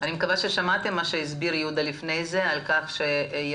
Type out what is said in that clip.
אני מקווה ששמעתם מה שהסביר יהודה על כך שיש